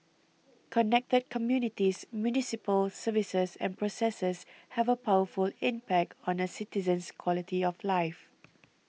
connected communities municipal services and processes have a powerful impact on a citizen's quality of life